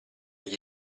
gli